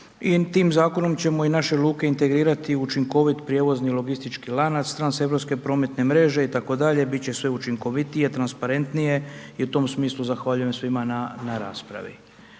tim zakonom ćemo i naše luke integrirati u učinkovit prijevozni logistički lanac transeuropske prometne mreže, itd., bit će sve učinkovitije, transparentnije i u tom smislu zahvaljujem svima na raspravi.